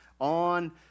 on